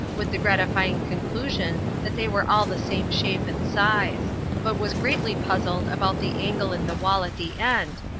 with the gratifying conclusion that they were all the same shape and size but was greatly puzzled about the angle in the wall at the end,